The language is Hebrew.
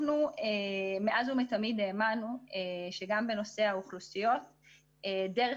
אנחנו מאז ומתמיד האמנו שגם בנושא האוכלוסיות דרך